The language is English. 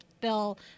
bill